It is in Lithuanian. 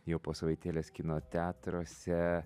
jau po savaitėlės kino teatruose